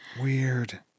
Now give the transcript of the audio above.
Weird